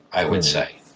i would say.